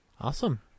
awesome